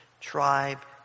tribe